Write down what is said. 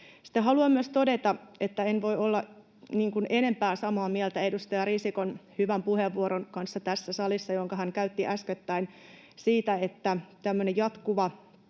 haluan myös todeta, että en voi olla enempää samaa mieltä edustaja Risikon hyvän puheenvuoron kanssa, jonka hän käytti tässä salissa äskettäin, siitä, että tämmöinen jatkuva